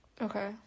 Okay